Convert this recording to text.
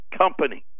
company